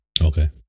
Okay